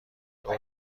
دور